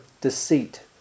deceit